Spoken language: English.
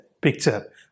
picture